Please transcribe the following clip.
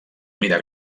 mida